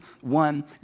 one